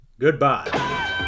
Goodbye